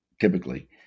typically